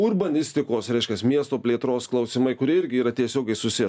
urbanistikos reiškias miesto plėtros klausimai kurie irgi yra tiesiogiai susiję